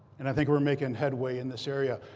and i think we're making headway in this area.